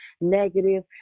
negative